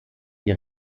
die